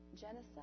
genocide